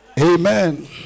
Amen